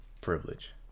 privilege